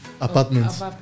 apartments